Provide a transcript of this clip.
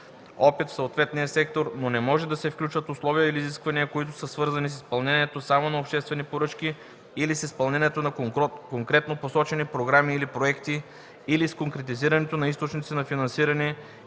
опит в съответния сектор, но не може да се включват условия или изисквания, които са свързани с изпълнението само на обществени поръчки, или с изпълнението на конкретно посочени програми или проекти, или с конкретизирането на източници на финансиране,